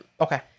Okay